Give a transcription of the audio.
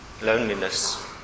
Loneliness